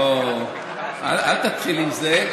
אוה, אל תתחיל עם זה.